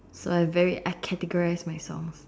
so I have very I categorise my songs